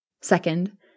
Second